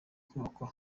kubakwa